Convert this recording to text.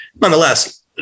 nonetheless